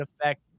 effect